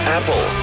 Apple